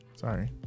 Sorry